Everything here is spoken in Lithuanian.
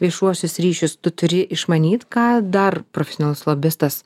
viešuosius ryšius tu turi išmanyt ką dar profesionalus lobistas